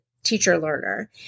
teacher-learner